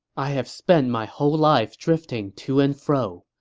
i have spent my whole life drifting to and fro.